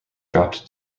dropped